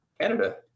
Canada